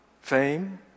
fame